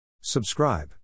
Subscribe